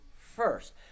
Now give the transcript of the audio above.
first